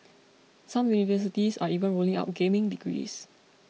some universities are even rolling out gaming degrees